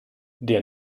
der